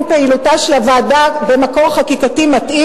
פעילותה של הוועדה במקור חקיקתי מתאים,